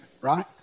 right